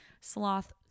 sloth